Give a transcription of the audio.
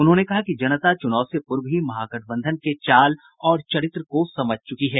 उन्होंने कहा कि जनता चुनाव से पूर्व ही महागठबंधन के चाल और चरित्र को समझ चुकी है